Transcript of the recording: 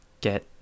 get